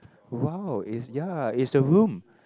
!wow! is ya is a room